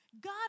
God